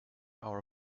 our